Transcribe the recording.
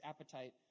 appetite